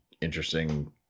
interesting